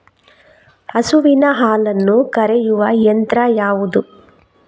ಹಸುವಿನ ಹಾಲನ್ನು ಕರೆಯುವ ಯಂತ್ರ ಯಾವುದು?